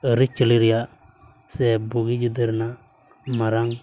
ᱟᱹᱨᱤᱪᱟᱹᱞᱤ ᱨᱮᱭᱟᱜ ᱨᱮᱭᱟᱜ ᱥᱮ ᱵᱩᱜᱤᱼᱡᱩᱫᱟᱹ ᱨᱮᱭᱟᱜ ᱢᱟᱨᱟᱝ